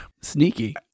sneaky